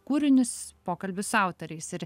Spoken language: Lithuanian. kūrinius pokalbius su autoriais ir